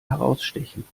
herausstechen